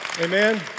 amen